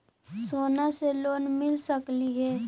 सोना से लोन मिल सकली हे?